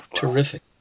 Terrific